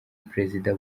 perezida